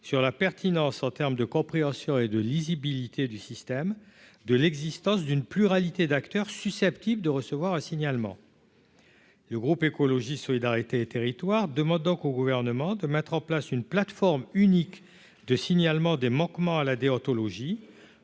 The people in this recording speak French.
sur la pertinence, en termes de compréhension et de lisibilité du système de l'existence d'une pluralité d'acteurs susceptibles de recevoir un signalement. Le groupe Écologie solidarité et territoires demande donc au gouvernement de mettre en place une plateforme unique de signalement des manquements à la déontologie